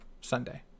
Sunday